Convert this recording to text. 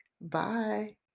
Bye